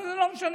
אבל זה לא משנה,